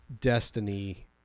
Destiny